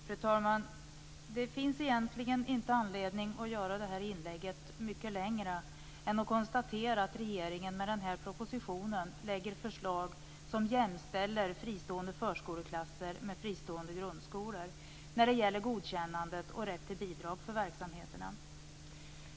Fru talman! Det finns egentligen ingen anledning att göra det här inlägget mycket längre än att konstatera att regeringen med den här propositionen lägger fram förslag som jämställer fristående förskoleklasser med fristående grundskolor när det gäller godkännandet och rätt till bidrag för verksamheten.